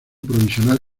provisional